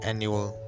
Annual